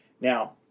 Now